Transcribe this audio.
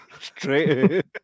Straight